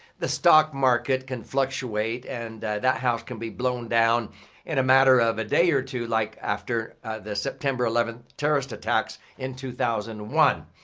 the stock market can fluctuate and that house can be blown down in a matter of a day or two like after the september eleventh terrorist attacks in two thousand and one.